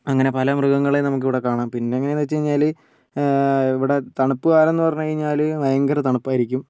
അങ്ങനെ പല മൃഗങ്ങളെ നമുക്ക് ഇവിടെ കാണാം പിന്നെ എങ്ങനേന്ന് വെച്ച് കഴിഞ്ഞാൽ ഇവിടെ തണുപ്പ്ക്കാലംന്ന് പറഞ്ഞു കഴിഞ്ഞാൽ ഭയങ്കര തണുപ്പായിരിക്കും